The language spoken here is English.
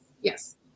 yes